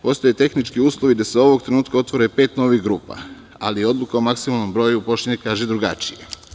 Postoje tehnički uslovi da se ovog trenutka otvore pet novih grupa, ali je odluka o maksimalnom broju upošljenih kaže drugačije.